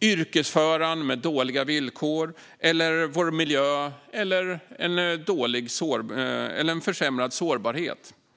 yrkesföraren med dåliga villkor eller vår miljö med ökad sårbarhet.